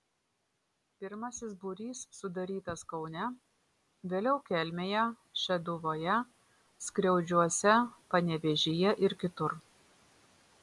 pirmasis būrys sudarytas kaune vėliau kelmėje šeduvoje skriaudžiuose panevėžyje ir kitur